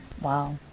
Wow